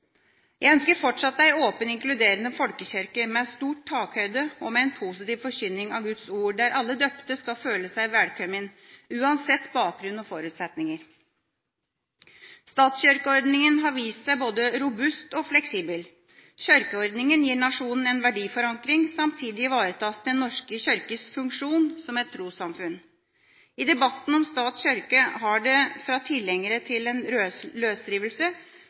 Jeg ønsker fortsatt en åpen, inkluderende folkekirke med stor takhøyde og med en positiv forkynning av Guds ord, der alle døpte skal føle seg velkommen uansett bakgrunn og forutsetninger. Statskirkeordninga har vist seg både robust og fleksibel. Kirkeordninga gir nasjonen en verdiforankring, samtidig ivaretas Den norske kirkes funksjon som et trossamfunn. I debatten om stat–kirke har det fra tilhengere til en